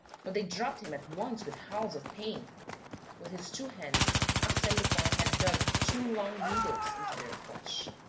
but they dropped him at once with howls of pain with his two hands, arsene lupin had dug two long needles into their flesh.